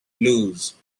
blues